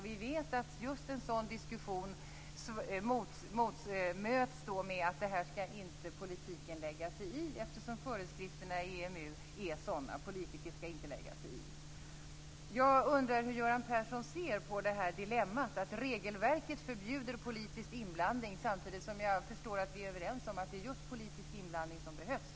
Vi vet att just en sådan diskussion möts med att politiken inte skall lägga sig i detta, eftersom föreskrifterna i EMU är sådana att politiker inte skall lägga sig i. Jag undrar hur Göran Persson ser på dilemmat att regelverket förbjuder politisk inblandning samtidigt som jag förstår att vi är överens om att det är just politisk inblandning som behövs.